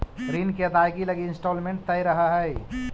ऋण के अदायगी लगी इंस्टॉलमेंट तय रहऽ हई